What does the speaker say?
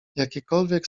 jakiekolwiek